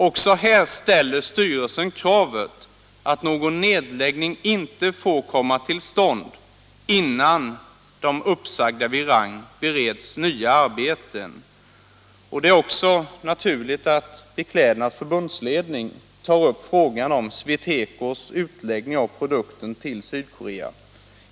Också här ställer styrelsen kravet att någon nedläggning inte får komma till stånd innan de uppsagda vid Rang har beretts nya arbeten. Det är också naturligt att Beklädnads förbundsledning tar upp frågan om SweTecos utläggning av produktionen till Sydkorea.